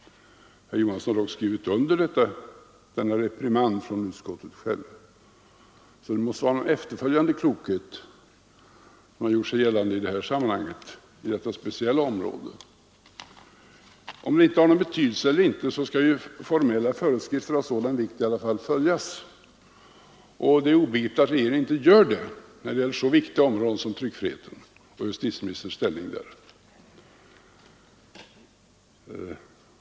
Herr Johansson har dock skrivit under denna reprimand från utskottet, så det måste väl vara någon efterföljande klokhet som har gjort sig gällande i det här sammanhanget på detta speciella område. Vare sig det har någon betydelse eller inte skall emellertid formella föreskrifter av sådan vikt i alla fall följas. Det är obegripligt att regeringen inte gör det när det gäller så viktiga områden som justitieministerns befattning med tryckfriheten.